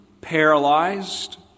paralyzed